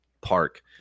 park